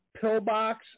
Pillbox